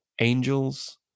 angels